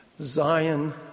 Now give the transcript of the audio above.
Zion